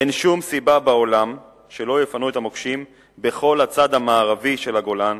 אין שום סיבה בעולם שלא יפנו את המוקשים בכל הצד המערבי של הגולן,